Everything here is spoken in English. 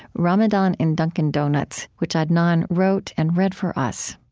ramadan in dunkin' donuts, which adnan wrote and read for us